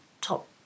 Top